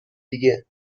دیگه